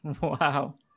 Wow